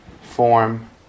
form